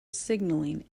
signaling